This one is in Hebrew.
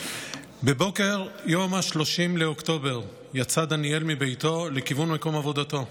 בבוקר יום 30 באוקטובר יצא דניאל מביתו לכיוון מקום עבודתו.